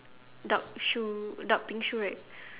dark shoe dark pink shoe right